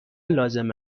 لازم